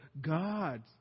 God